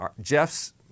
Jeff's